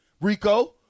Rico